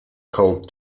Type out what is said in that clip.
called